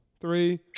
Three